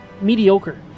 mediocre